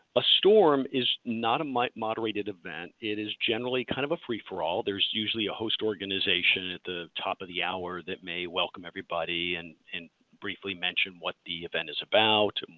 a storm is not a moderated event. it is generally kind of a free for all. there is usually a host organization at the top of the hour that may welcome everybody and and briefly mention what the event is about,